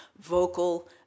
vocal